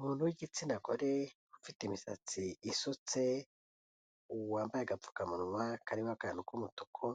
Umuntu w'igitsina gore ufite imisatsi isutse, wambaye agapfukamunwa karimo akantu k'umutuku,